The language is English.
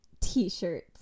t-shirts